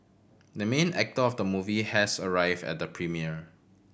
the main actor of the movie has arrived at the premiere